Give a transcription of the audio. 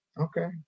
Okay